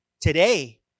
today